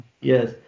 Yes